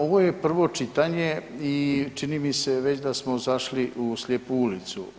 Ovo je prvo čitanje i čini mi se već da smo zašli u slijepu ulicu.